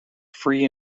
free